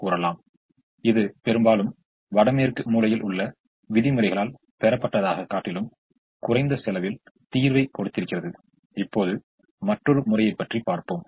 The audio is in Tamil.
எனவே எதையும் ஒதுக்கப்படாத நிலையில் தீர்வை மேற்கொள்வது லாபகரமானதா இல்லையா என்பதை இப்போது பார்ப்போம்